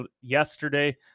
yesterday